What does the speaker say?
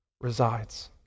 resides